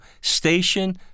Station